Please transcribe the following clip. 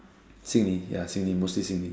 Sydney ya Sydney mostly Sydney